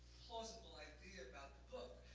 plausible idea about the book.